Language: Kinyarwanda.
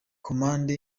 komande